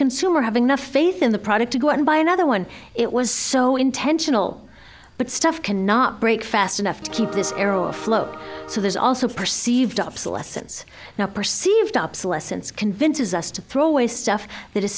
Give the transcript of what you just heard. consumer have enough faith in the product to go and buy another one it was so intentional but stuff cannot break fast enough to keep this arrow afloat so there's also perceived obsolescence now perceived obsolescence convinces us to throw away stuff that is